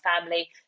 family